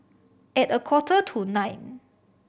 at a quarter to nine